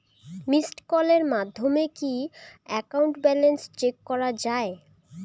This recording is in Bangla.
মিসড্ কলের মাধ্যমে কি একাউন্ট ব্যালেন্স চেক করা যায়?